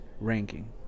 ranking